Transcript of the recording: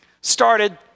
started